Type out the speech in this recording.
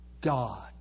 God